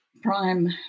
prime